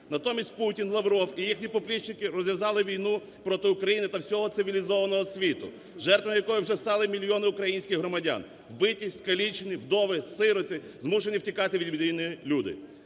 Натомість Путін, Лавров і їхні поплічники розв'язали війну проти України та всього цивілізованого світу, жертвами якої вже стали мільйони українських громадян: вбиті, скалічені, вдови, сироти, змушені втікати від війни люди.